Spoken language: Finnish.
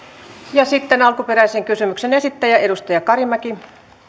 ja sitten alkuperäisen kysymyksen esittäjä edustaja karimäki